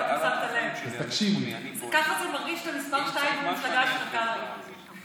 בתום עבודה מאומצת ודיונים שנמשכו כמה חודשים הנחנו את הדוח.